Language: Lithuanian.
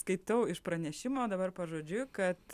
skaitau iš pranešimo dabar pažodžiui kad